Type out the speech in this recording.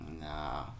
Nah